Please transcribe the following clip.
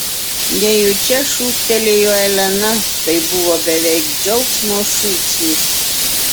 nejučia šūktelėjo elena tai buvo beveik džiaugsmo šūksnis